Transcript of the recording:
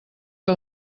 que